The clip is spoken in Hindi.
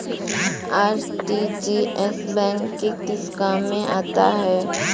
आर.टी.जी.एस बैंक के किस काम में आता है?